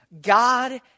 God